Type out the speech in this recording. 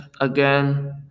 again